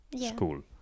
school